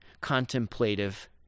contemplative